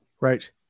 Right